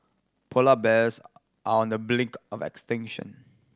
polar bears are on the brink of extinction